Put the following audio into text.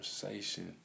conversation